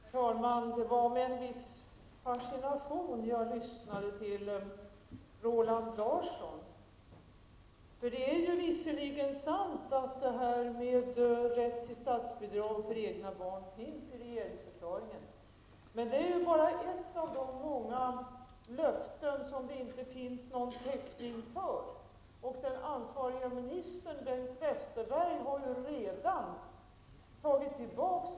Herr talman! Det var med en viss fascination som jag lyssnade till Roland Larsson. Det är visserligen sant att detta med rätt till statsbidrag för egna barn finns i regeringsförklaringen, men det är ju bara ett av de många löften som det inte finns någon täckning för. Den ansvarige ministern, Bengt Westerberg, har ju redan tagit tillbaka det.